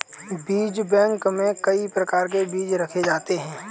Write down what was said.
बीज बैंक में कई प्रकार के बीज रखे जाते हैं